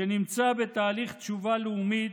שנמצא בתהליך תשובה לאומית,